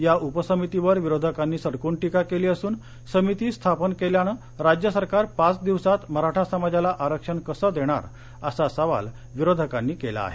या उपसमितीवर विरोधकांनी सडकून टीका केली असून समिती स्थापन केल्यानं राज्यसरकार पाच दिवसांत मराठा समाजाला आरक्षण कसं देणार असा सवाल विरोधकांनी केला आहे